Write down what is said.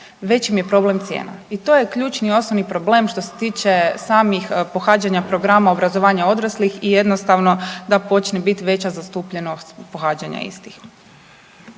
veći im je problem cijena i to je ključni i osnovni problem što se tiče samih pohađanja programa obrazovanja odraslih i jednostavno da počne bit veća zastupljenost pohađanja istih.